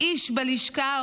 איש בלשכה,